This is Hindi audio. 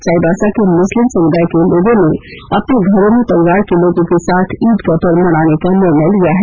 चाईबासा के मुस्लिम समुदाय के लोगों ने अपने घरों में परिवार के लोगों के साथ ईद का पर्व मनाने का निर्णय लिया है